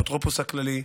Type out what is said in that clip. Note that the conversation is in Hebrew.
האפוטרופוס הכללי,